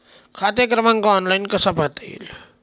खाते क्रमांक ऑनलाइन कसा पाहता येईल?